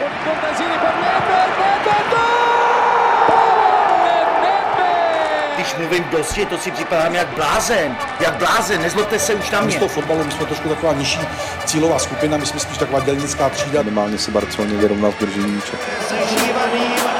Obkopec Jiri Fernández, je to gól! Pavel Fernández! Když mluvím dost, je to si připadám jak blázen, jak blázen. Nezlobte se už na My s mě. tou fotbalou, my jsme trošku taková nižší cílová skupina, my jsme spíš taková dělnická třída. Minimálně si Barceloně vyrovnal v držení míče. Přežívaný